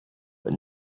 but